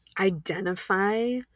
Identify